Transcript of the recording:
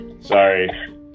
Sorry